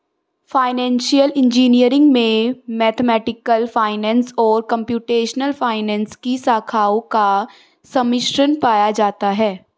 financial engineering में mathematical finance और computational finance की शाखाओं का सम्मिश्रण पाया जाता है